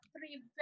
three